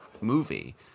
movie